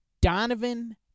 Donovan